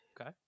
Okay